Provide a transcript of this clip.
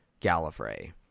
Gallifrey